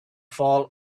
fall